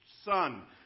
Son